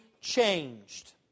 changed